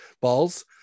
balls